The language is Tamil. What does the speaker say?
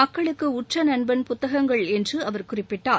மக்களுக்கு உற்ற நண்பன் புத்தகங்கள் என்று அவர் குறிப்பிட்டார்